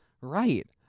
right